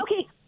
Okay